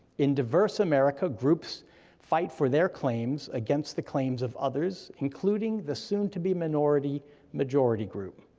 in diverse america groups fight for their claims against the claims of others, including the soon-to-be-minority majority group.